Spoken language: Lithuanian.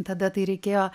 tada tai reikėjo